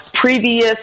previous